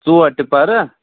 ژور ٹِپَرٕ